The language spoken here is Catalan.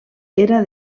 era